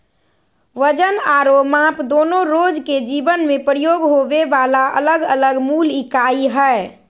वजन आरो माप दोनो रोज के जीवन मे प्रयोग होबे वला अलग अलग मूल इकाई हय